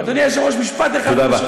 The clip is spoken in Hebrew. אדוני היושב-ראש, משפט אחד, ברשותך.